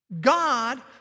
God